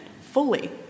fully